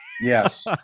Yes